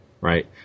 Right